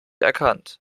erkannt